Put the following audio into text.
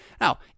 Now